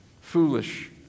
foolish